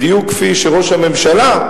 בדיוק כפי שראש הממשלה,